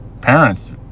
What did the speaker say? parents